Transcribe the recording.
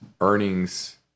earnings